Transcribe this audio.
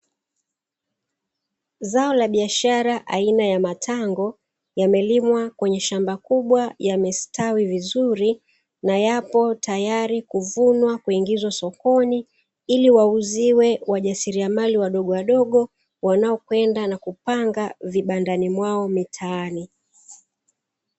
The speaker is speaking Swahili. Zao la biashara aina ya matango, yamelimwa kwenye shamba kubwa yamestawi vizuri na yapo tayari kuvunwa kuingizwa sokoni ili wauziwe wajasiriamali wadogowadogo, wanaokwenda kupanga vibandani mwao mitaani.